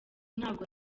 ntabwo